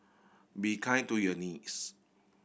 be kind to your knees